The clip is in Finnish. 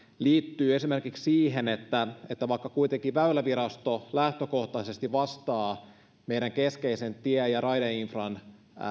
liittyy siihen että että vaikka väylävirasto lähtökohtaisesti vastaa meidän keskeisen tie ja raideinfran